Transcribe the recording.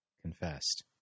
confessed